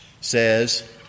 says